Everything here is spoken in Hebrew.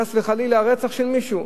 חס וחלילה, רצח של מישהו.